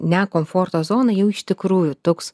ne komforto zoną jau iš tikrųjų toks